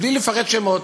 בלי לפרט שמות.